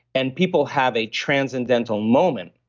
and people have a transcendental moment,